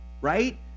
right